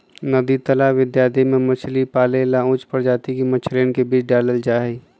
नदी तालाब इत्यादि में मछली पाले ला उच्च प्रजाति के मछलियन के बीज डाल्ल जाहई